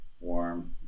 Warm